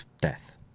death